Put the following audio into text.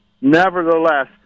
Nevertheless